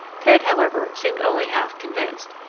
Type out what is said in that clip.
ted, however, seemed only half convinced.